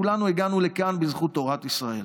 כולנו הגענו לכאן בזכות תורת ישראל.